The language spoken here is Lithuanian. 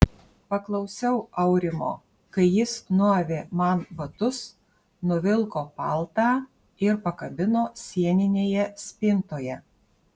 paklausiau aurimo kai jis nuavė man batus nuvilko paltą ir pakabino sieninėje spintoje